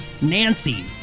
Nancy